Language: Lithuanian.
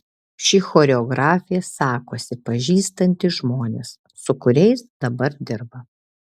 ši choreografė sakosi pažįstanti žmones su kuriais dabar dirba